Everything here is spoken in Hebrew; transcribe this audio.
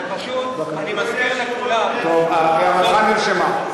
זה פשוט, אני מזכיר לכולם, טוב, הערתך נרשמה.